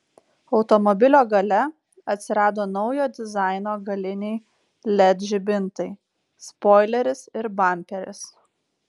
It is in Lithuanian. automobilio gale atsirado naujo dizaino galiniai led žibintai spoileris ir bamperis